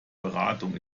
beratung